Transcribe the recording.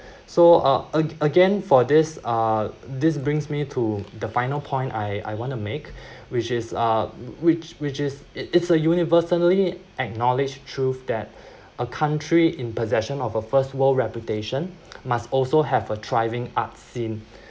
so a~ a~ again for this uh this brings me to the final point I I want to make which is uh which which is it it's a universally acknowledged truth that a country in possession of a first world reputation must also have a thriving art scene